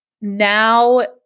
now